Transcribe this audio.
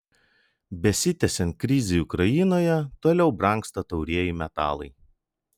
besitęsiant krizei ukrainoje toliau brangsta taurieji metalai